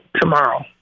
tomorrow